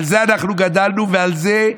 על זה אנחנו גדלנו ועל זה,